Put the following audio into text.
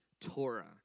Torah